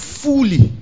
fully